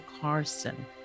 Carson